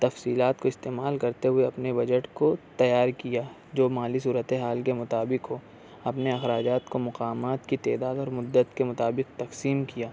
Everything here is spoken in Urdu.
تفصیلات کو استعمال کرتے ہوئے اپنے بجٹ کو تیار کیا جو مالی صورتِ حال کے مطابق ہو اپنے اخراجات کو مقامات کی تعداد اور مدت کے مطابق تقسیم کیا